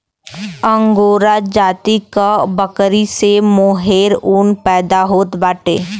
angora जाति क बकरी से मोहेर ऊन पैदा होत बाटे